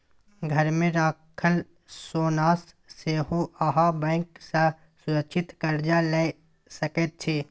घरमे राखल सोनासँ सेहो अहाँ बैंक सँ सुरक्षित कर्जा लए सकैत छी